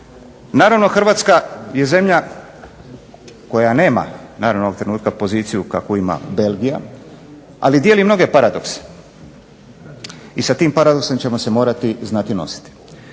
Naravno Hrvatska je zemlja koja nema naravno ovog trenutka poziciju kakvu ima Belgija ali dijeli mnoge paradokse i sa tim paradoksima ćemo se morati znati nositi.